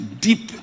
deep